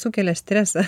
sukelia stresą